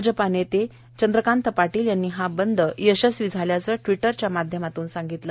भाजपा नेते चंद्रकांत पाटील यांनी हा बंद यशस्वी झाल्याचं ट्विटरच्या माध्यमातून सांगितलं